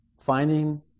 finding